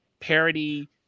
Parody